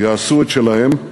יעשו את שלהן,